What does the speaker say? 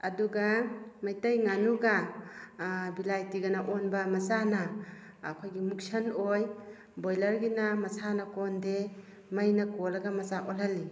ꯑꯗꯨꯒ ꯃꯩꯇꯩ ꯉꯅꯨꯒ ꯕꯤꯂꯥꯏꯇꯤꯒꯅ ꯑꯣꯟꯕ ꯃꯆꯥꯅ ꯑꯩꯈꯣꯏꯒꯤ ꯃꯨꯛꯁꯟ ꯑꯣꯏ ꯕꯣꯏꯂꯔꯒꯤꯅ ꯃꯁꯥꯅ ꯀꯣꯟꯗꯦ ꯃꯩꯅ ꯀꯣꯜꯂꯒ ꯃꯆꯥ ꯑꯣꯜꯍꯜꯂꯤ